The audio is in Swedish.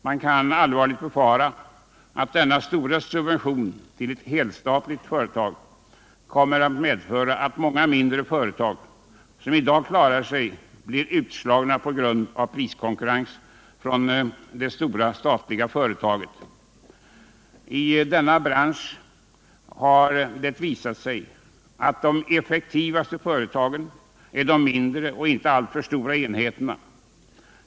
Man kan allvarligt befara att denna stora subvention till ett helstatligt företag kommer att medföra att många mindre företag, som i dag klarar sig, blir utslagna på grund av priskonkurrens från detta stora statliga företag. I denna bransch har det visat sig att de effektivaste företagen är de mindre och de inte alltför stora enheterna.